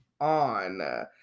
on